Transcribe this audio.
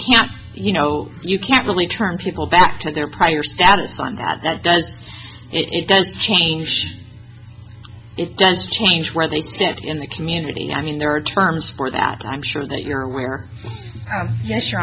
can't you know you can't really turn people back to their prior status from that does it does change it does change where they sit in the community i mean there are terms for that i'm sure that you're aware of yes your